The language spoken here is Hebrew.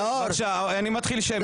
אני מתחיל שמית.